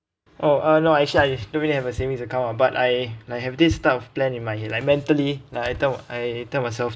oh uh no actually I don't really have a savings account ah but I I have this type of plan in my head I mentally like I tell I tell myself